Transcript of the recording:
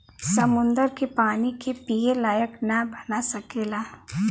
समुन्दर के पानी के पिए लायक ना बना सकेला